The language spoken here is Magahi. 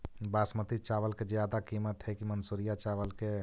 बासमती चावल के ज्यादा किमत है कि मनसुरिया चावल के?